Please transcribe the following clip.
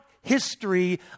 history